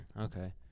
okay